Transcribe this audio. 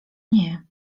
nie